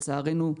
לצערנו,